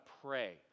pray